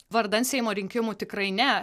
vardan seimo rinkimų tikrai ne